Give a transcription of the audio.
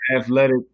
Athletic